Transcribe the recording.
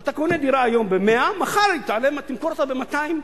אתה קונה דירה היום ב-100, מחר תמכור אותה ב-200.